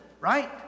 right